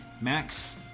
Max